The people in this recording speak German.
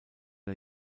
der